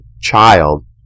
child